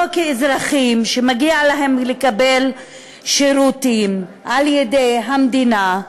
לא אזרחים שמגיע להם לקבל שירותים על-ידי המדינה,